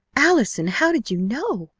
allison! how did you know?